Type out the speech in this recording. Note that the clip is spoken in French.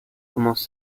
commence